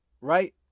right